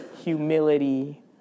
humility